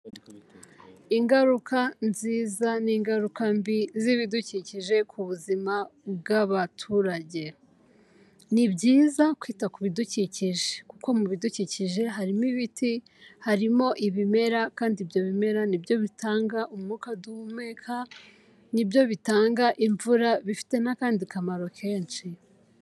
Ingaruka nziza n'ingaruka mbi z'ibidukikije ku buzima bw'abaturage. Ni byiza kwita ku bidukikije. Kuko mu bidukikije harimo: ibiti, harimo ibimera kandi ibyo bimera ni byo bitanga umwuka duhumeka, ni byo bitanga imvura bifite n'akandi kamaro kenshi.